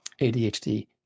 ADHD